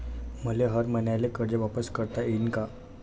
मले हर मईन्याले कर्ज वापिस करता येईन का?